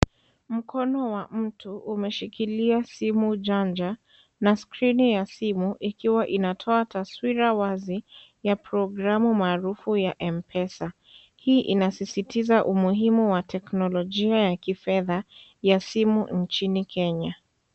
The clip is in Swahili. Mkono wa mtu umeshikilia simu janja na skrini ya simu ikiwa inatoa taswira wazi ya programu marufu ya M-Pesa. Hii inasisitiza umuhimu wa teknolojia ya kifedha ya simu nchini Kenya.